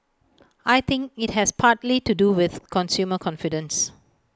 I think IT has partly to do with consumer confidence